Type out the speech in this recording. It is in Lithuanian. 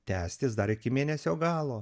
tęstis dar iki mėnesio galo